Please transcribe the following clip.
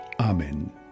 Amen